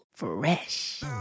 fresh